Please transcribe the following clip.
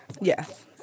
Yes